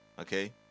okay